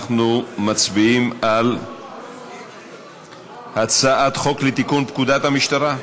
אנחנו מצביעים על הצעת חוק לתיקון פקודת המשטרה,